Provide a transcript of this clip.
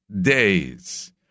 days